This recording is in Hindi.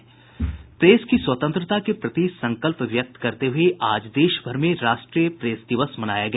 प्रेस की स्वतंत्रता के प्रति संकल्प व्यक्त करते हुए आज देश भर में राष्ट्रीय प्रेस दिवस मनाया गया